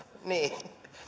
niin